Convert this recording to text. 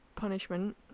punishment